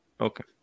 Okay